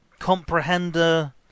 comprehender